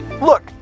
Look